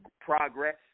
progress